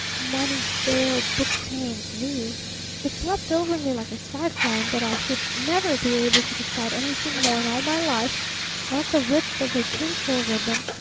money-staled, book-tamed me it swept over me like a cyclone that i should never be able to decide anything more in all my life not the width of a tinsel ribbon,